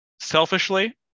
selfishly